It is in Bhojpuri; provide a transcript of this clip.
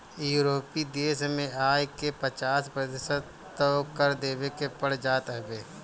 यूरोपीय देस में आय के पचास प्रतिशत तअ कर देवे के पड़ जात हवे